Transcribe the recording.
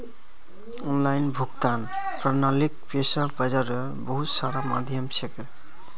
online भुगतान प्रणालीक पैसा बाजारेर बहुत सारा माध्यम छेक